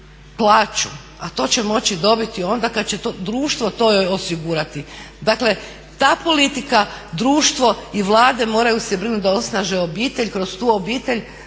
A to će moći dobiti onda kad će društvo to joj osigurati. Dakle, ta politika, društvo i Vlade moraju se brinuti da osnaže obitelj, kroz tu obitelj